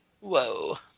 Whoa